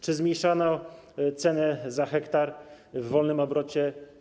Czy zmniejszono cenę za 1 ha w wolnym obrocie?